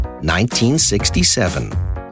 1967